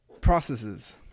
processes